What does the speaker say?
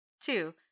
Two